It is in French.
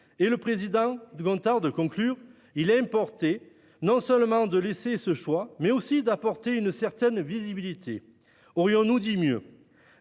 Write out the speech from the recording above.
», prédisait-il avant de conclure :« Il importait non seulement de laisser ce choix, mais aussi d'apporter une certaine visibilité. » Aurions-nous dit mieux ?